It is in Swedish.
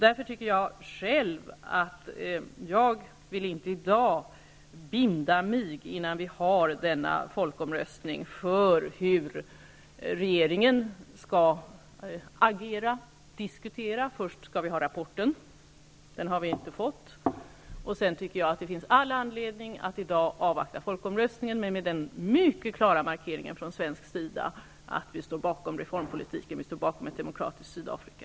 Därför vill jag inte före folkomröstningen binda mig för hur regeringen skall agera och diskutera. Först skall vi ha rapporten. Den har vi inte fått. Sedan tycker jag att det finns all anledning att avvakta folkomröstningen med den mycket klara markeringen från svensk sida att vi står bakom reformpolitiken och ett demokratiskt Sydafrika.